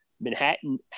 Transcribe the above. Manhattan